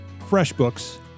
FreshBooks